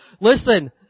Listen